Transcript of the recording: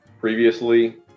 Previously